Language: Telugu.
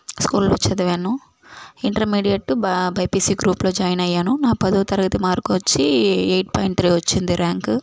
స్కూల్లో చదివాను ఇంటర్మీడియట్టు బా బైపిసి గ్రూప్లో జాయిన్ అయ్యాను నా పదో తరగతి మార్కొచ్చీ ఎయిట్ పాయింట్ త్రీ వచ్చింది ర్యాంకు